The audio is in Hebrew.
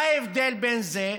מה ההבדל בין זה,